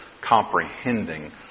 comprehending